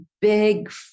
big